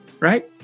right